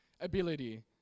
ability